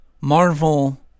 Marvel